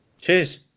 cheers